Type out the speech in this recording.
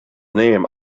name